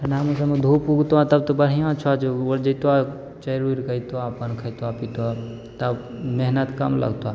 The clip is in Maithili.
ठण्डाके मौसममे धूप उगतऽ तब तऽ बढ़िआँ छऽ जे ओ आर जेतै चरि उरिके अएतऽ अप्पन खइतऽ पितऽ तब मेहनति कम लगतऽ